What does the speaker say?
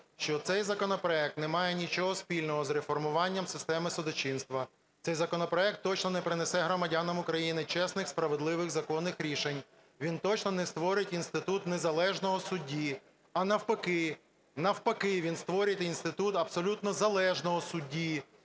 що цей законопроект не має нічого спільного з реформуванням системи судочинства. Цей законопроект точно не принесе громадянам України чесних, справедливих, законних рішень. Він точно не створить інститут незалежного судді, а, навпаки, навпаки він створить інститут абсолютно залежного судді.